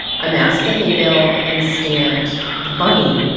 i masked the hay bale and stamped the bunny,